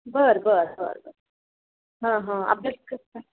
बरं बरं बरं बरं हां हां अभ्यास कसा आहे